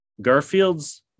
Garfield's